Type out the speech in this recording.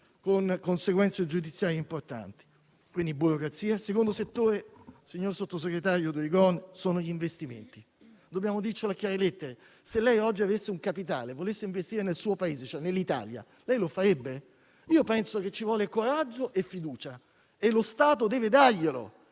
con conseguenze giudiziarie importanti. Il secondo settore, sottosegretario Durigon, sono gli investimenti. Dobbiamo dirlo a chiare lettere: se lei oggi avesse un capitale e volesse investire nel suo Paese, cioè in Italia, lei lo farebbe? Io penso che ci voglia coraggio e fiducia e che lo Stato debba darli,